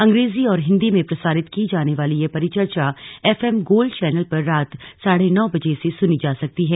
अंग्रेजी और हिन्दी में प्रसारित की जाने वाली यह परिचर्चा एफ एम गोल्ड चैनल पर रात साढ़े नौ बजे से सुनी जा सकती है